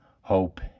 hope